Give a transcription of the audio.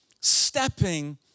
stepping